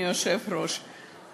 אדוני היושב-ראש,